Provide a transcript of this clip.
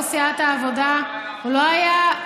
יו"ר סיעת העבודה, סליחה.